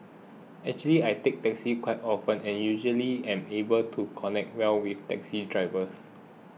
actually I take taxis quite often and usually am able to connect well with taxi drivers